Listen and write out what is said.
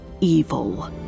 evil